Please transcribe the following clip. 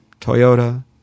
Toyota